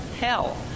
hell